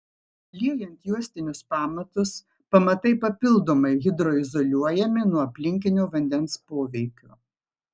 liejant juostinius pamatus pamatai papildomai hidroizoliuojami nuo aplinkinio vandens poveikio